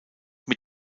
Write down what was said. mit